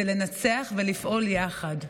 לנצח ולפעול יחד.